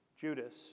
Judas